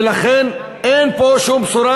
ולכן אין פה שום בשורה.